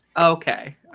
Okay